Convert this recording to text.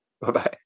Bye-bye